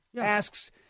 asks